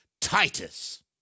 Titus